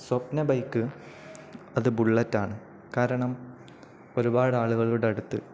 സ്വപ്ന bike അത് ബുള്ളറ്റാണ് കാരണം ഒരുപാട് ആളുകളുടെ അടുത്ത്